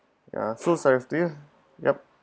so cyrus do you yup